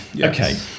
okay